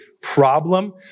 problem